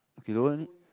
okay don't